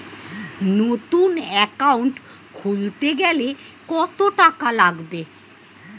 নতুন একাউন্ট খুলতে গেলে কত টাকা লাগবে?